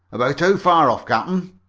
about how far off, captain?